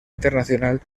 internacional